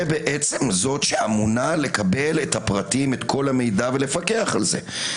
זו שאמונה לקבל את כל המידע ולפקח על זה.